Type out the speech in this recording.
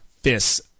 Fists